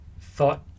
thought